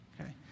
okay